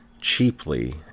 cheaply